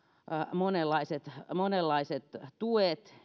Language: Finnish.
monenlaiset monenlaiset tuet